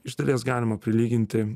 iš dalies galima prilyginti